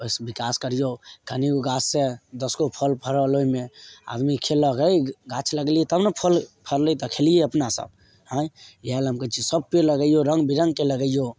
ओहिसँ बिकास करियौ कनी ओ गाछ से दश गो फल फड़ल ओहिमे आदमी खयलक हइ गाछ लगेलिऐ तब ने फल फड़लै तऽ खेलिऐ अपना सब है इएह लऽ हम कहैत छी सब पेड़ लगैयौ रङ्ग बिरङ्गके लगैयौ